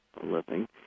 living